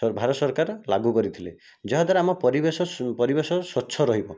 ଭାରତ ସରକାର ଲାଗୁ କରିଥିଲେ ଯାହାଦ୍ୱାରା ଆମ ପରିବେଶ ପରିବେଶ ସ୍ୱଚ୍ଛ ରହିବ